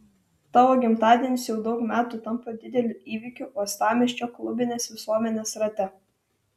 tavo gimtadienis jau daug metų tampa dideliu įvykiu uostamiesčio klubinės visuomenės rate